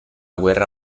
guerra